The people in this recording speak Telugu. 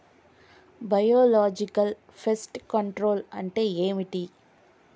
బయోలాజికల్ ఫెస్ట్ కంట్రోల్ అంటే ఏమిటి?